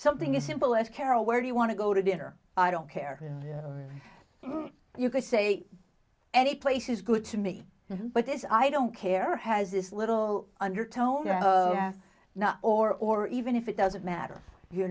something as simple as carol where do you want to go to dinner i don't care you can say any place is good to me but this i don't care has this little undertone now or or even if it doesn't matter you